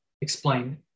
explain